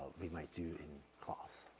we might do in class,